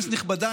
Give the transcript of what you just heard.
כנסת נכבדה,